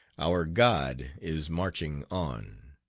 our god is marching on.